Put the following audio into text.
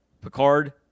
Picard